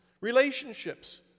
relationships